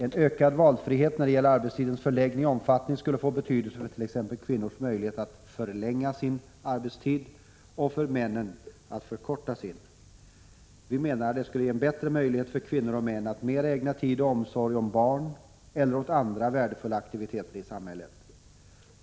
En ökad valfrihet då det gäller arbetstidens förläggning och omfattning skulle få betydelse för t.ex. kvinnors möjligheter att förlänga sin arbetstid och för männen att förkorta sin. Vi menar att det skulle ge bättre möjligheter för kvinnor och män att mer ägna tid och omsorg åt barn eller åt andra värdefulla aktiviteter i samhället.